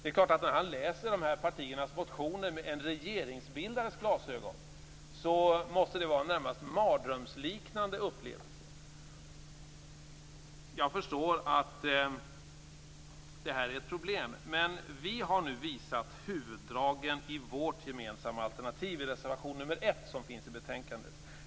När han läser dessa partiers motioner med en regeringsbildares glasögon måste det vara en närmast mardrömsliknande upplevelse. Jag förstår att detta är ett problem. Vi har dock visat huvuddragen i vårt gemensamma alternativ i reservation nr 1 till betänkandet.